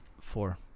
Four